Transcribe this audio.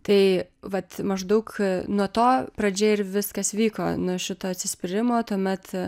tai vat maždaug nuo to pradžia ir viskas vyko nuo šito atsispyrimo tuomet